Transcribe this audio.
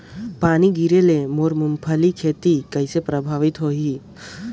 पानी गिरे ले मोर मुंगफली खेती कइसे प्रभावित होही?